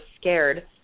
scared